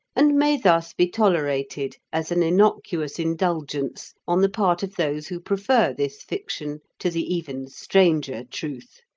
and may thus be tolerated as an innocuous indulgence on the part of those who prefer this fiction to the even stranger truth.